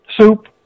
soup